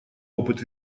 опыт